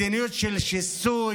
מדיניות של שיסוי,